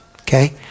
Okay